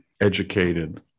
educated